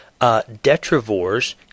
Detrivores